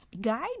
guide